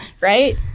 right